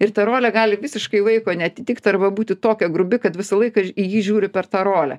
ir ta rolė gali visiškai vaiko neatitikt arba būti tokia grubi kad visą laiką į jį žiūri per tą rolę